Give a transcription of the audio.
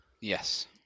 Yes